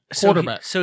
quarterback